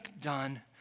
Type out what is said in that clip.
done